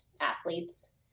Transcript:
athletes